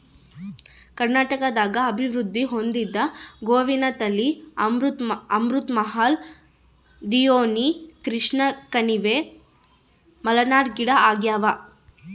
ಕರ್ನಾಟಕದಾಗ ಅಭಿವೃದ್ಧಿ ಹೊಂದಿದ ಗೋವಿನ ತಳಿ ಅಮೃತ್ ಮಹಲ್ ಡಿಯೋನಿ ಕೃಷ್ಣಕಣಿವೆ ಮಲ್ನಾಡ್ ಗಿಡ್ಡಆಗ್ಯಾವ